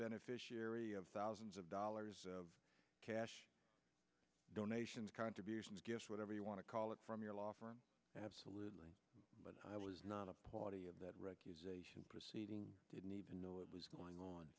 beneficiary of thousands of dollars of cash donations contributions gifts whatever you want to call it from your law firm absolutely but i was not a party of that proceeding didn't even know it was going on